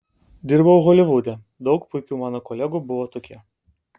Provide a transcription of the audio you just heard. dirbau holivude daug puikių mano kolegų buvo tokie